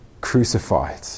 crucified